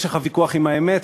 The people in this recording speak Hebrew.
יש לך ויכוח עם האמת,